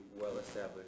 well-established